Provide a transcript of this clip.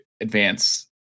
Advance